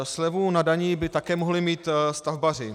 Slevu na dani by také mohli mít stavbaři.